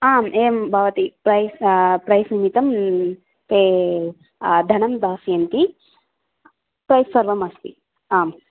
आम् एवं भवति प्रैस् प्रैस् निमित्तं ते धनं दास्यन्ति प्रैस् सर्वमस्ति आम्